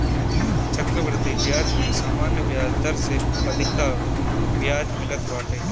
चक्रवृद्धि बियाज में सामान्य बियाज दर से अधिका बियाज मिलत बाटे